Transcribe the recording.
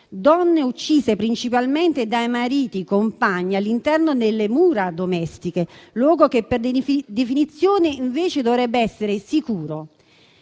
donne uccise principalmente dai mariti e dai compagni all'interno delle mura domestiche, luogo che per definizione invece dovrebbe essere sicuro.